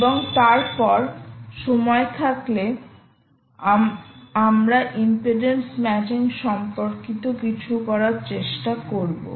এবং তারপর সময় থাকলে আমরা ইম্পিডেন্স ম্যাচিং সম্পর্কিত কিছু করার চেষ্টা করব